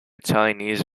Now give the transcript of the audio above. chinese